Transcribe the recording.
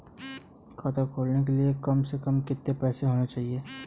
खाता खोलने के लिए कम से कम कितना पैसा होना चाहिए?